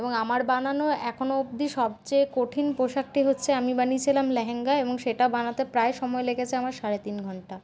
এবং আমার বানানো এখনো অব্দি সবচেয়ে কঠিন পোশাকটি হচ্ছে আমি বানিয়েছিলাম লেহেঙ্গা এবং সেটা বানাতে প্রায় সময় লেগেছে আমার সাড়ে তিন ঘন্টা